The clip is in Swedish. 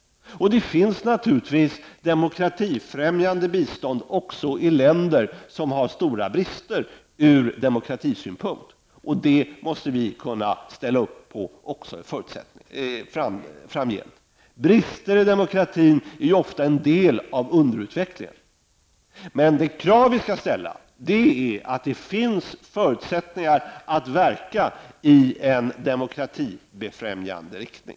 Ett bistånd kan naturligtvis vara demokratifrämjande också i länder som har brister från demokratisk synpunkt. Ett sådant bistånd måste vi kunna ställa upp på också framgent. Brister i demokratin är ofta en del av underutvecklingen, men vi skall ställa krav på att det skall finnas förutsättningar att verka i en demokratibefrämjande riktning.